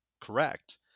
correct